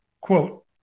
quote